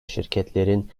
şirketlerin